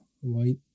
White